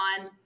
on